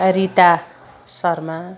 Rita Sharma